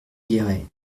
guéret